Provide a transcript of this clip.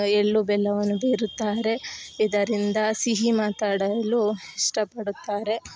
ಎಳ್ಳು ಬೆಲ್ಲವನ್ನು ಬೀರುತ್ತಾರೆ ಇದರಿಂದ ಸಿಹಿ ಮಾತಾಡಲು ಇಷ್ಟ ಪಡುತ್ತಾರೆ